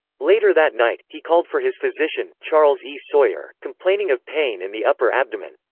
later that night, he called for his physician, charles e. sawyer, complaining of pain in the upper abdomen.